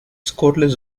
scoreless